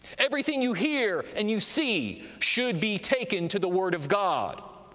everything you hear and you see should be taken to the word of god,